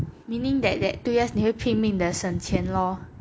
meaning that that two years 你会拼命的省钱 lor